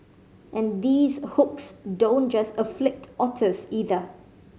and these hooks don't just afflict otters either